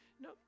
no